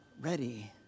ready